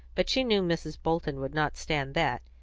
but she knew mrs. bolton would not stand that,